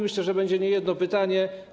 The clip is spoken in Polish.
Myślę, że będzie niejedno pytanie.